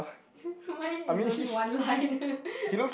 mine is only one line